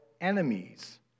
enemies